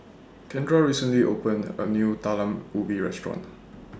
Kendra recently opened A New Talam Ubi Restaurant